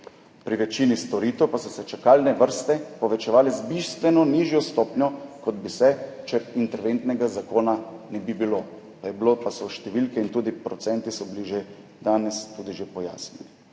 pri večini storitev pa so se čakalne vrste povečevale z bistveno nižjo stopnjo, kot bi se, če interventnega zakona ne bi bilo. Številke in procenti so bili danes že tudi že pojasnjeni.